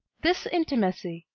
this intimacy,